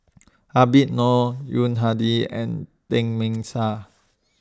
Habib Noh Yuni Hadi and Teng